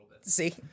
See